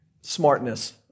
smartness